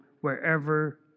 wherever